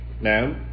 Now